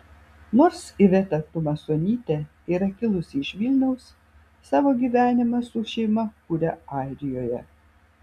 nors iveta tumasonytė yra kilusi iš vilniaus savo gyvenimą su šeima kuria airijoje